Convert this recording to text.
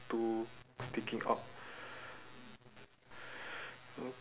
two sticking out